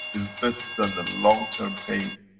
is better than the long-term pain.